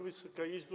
Wysoka Izbo!